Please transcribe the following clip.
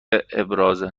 ابراز